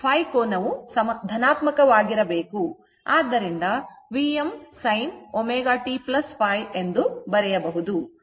ಆದ್ದರಿಂದ Vmsin ω t ಎಂದು ಬರೆಯಬಹುದು